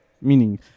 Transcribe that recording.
Meaning